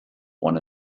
one